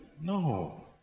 No